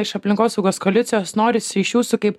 iš aplinkosaugos koalicijos norisi iš jūsų kaip